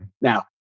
Now